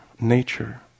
Nature